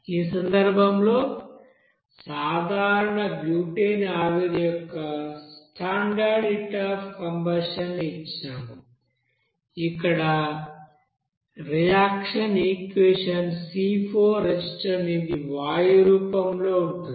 ఈ సందర్భంలో సాధారణ బ్యూటేన్ ఆవిరి యొక్క స్టాండర్డ్ హీట్ అఫ్ కంబషణ్ ని ఇచ్చాము ఇక్కడ రియాక్షన్ ఈక్వెషన్ C4H10 ఇది వాయు రూపంలో ఉంటుంది